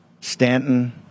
Stanton